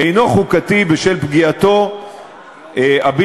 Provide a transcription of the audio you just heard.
אינו חוקתי בשל פגיעתו הבלתי-מידתית,